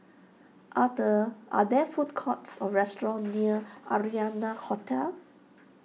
are the are there food courts or restaurants near Arianna Hotel